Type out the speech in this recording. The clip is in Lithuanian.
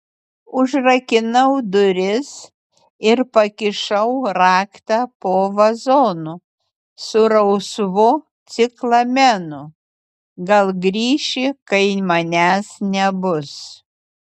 užrakinau duris ir pakišau raktą po vazonu su rausvu ciklamenu gal grįši kai manęs nebus